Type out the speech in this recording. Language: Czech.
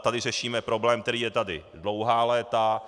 Tady řešíme problém, který je tady dlouhá léta.